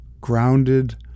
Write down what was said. grounded